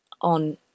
on